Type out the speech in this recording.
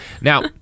Now